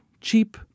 cheap